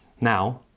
Now